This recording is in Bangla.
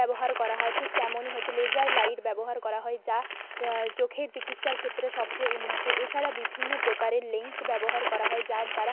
ব্যবহার করা হয় ঠিক তেমনই হচ্ছে লেজার লাইট ব্যবহার করা হয় যা চোখের চিকিৎসার ক্ষেত্রে সবচেয়ে উন্নত এছাড়া বিভিন্ন প্রকারের লেন্স ব্যবহার করা হয় যার দ্বারা